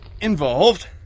involved